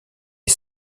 est